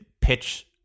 pitch